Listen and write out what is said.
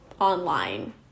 online